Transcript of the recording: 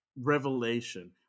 revelation